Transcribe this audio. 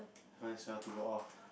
to go off